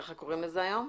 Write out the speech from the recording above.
ככה קוראים לזה היום,